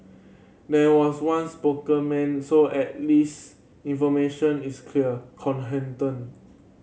there was one spokesman so at least information is clear